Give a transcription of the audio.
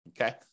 Okay